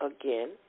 again